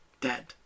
dead